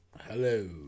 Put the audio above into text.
Hello